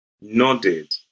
nodded